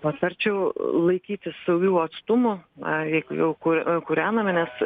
patarčiau laikytis saugių atstumų na jeigu jau kū kūrename nes